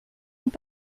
nous